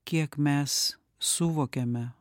kiek mes suvokėme